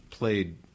played